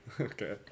Okay